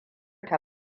ta